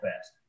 fast